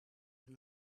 and